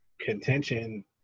contention